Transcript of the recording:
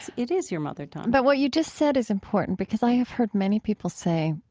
it is your mother tongue but what you just said is important, because i have heard many people say,